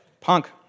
Punk